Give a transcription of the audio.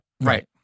Right